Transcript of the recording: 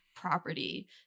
property